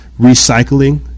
recycling